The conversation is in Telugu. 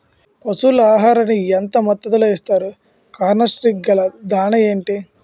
పశువుల ఆహారాన్ని యెంత మోతాదులో ఇస్తారు? కాన్సన్ ట్రీట్ గల దాణ ఏంటి?